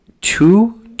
Two